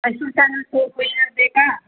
Mysuru sandal soap ಏನಾದ್ರು ಬೇಕಾ